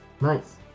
Nice